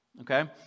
Okay